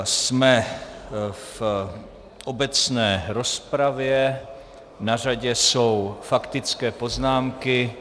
Jsme v obecné rozpravě, na řadě jsou faktické poznámky.